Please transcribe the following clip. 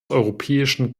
europäischen